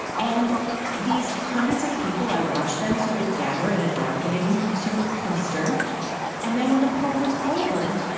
and these hundreds of people, i watched them sort of gather in a darkening sort of cluster and then, when the poem was over,